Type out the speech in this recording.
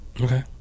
Okay